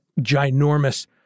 ginormous